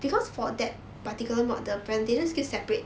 because for that particular about the presentation skill separate